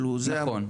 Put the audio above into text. נכון?